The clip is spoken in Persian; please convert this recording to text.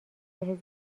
بهت